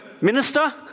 minister